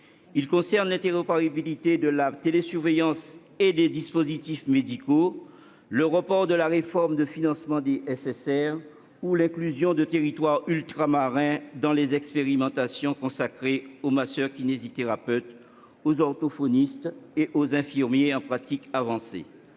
Ils concernent l'interopérabilité de la télésurveillance et des dispositifs médicaux, le report de la réforme de financement des soins de suite et de réadaptation, les SSR, ou l'inclusion de territoires ultramarins dans les expérimentations consacrées aux masseurs-kinésithérapeutes, aux orthophonistes et aux infirmiers en pratique avancée.